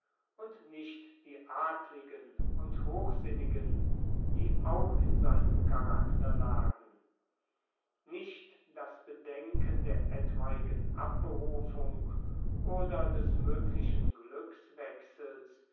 und nicht die adligen und hochsinnigen die auch in seinem charakter lagen nicht das bedenken der etwaigen abberufung oder des moeglichen